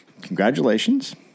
congratulations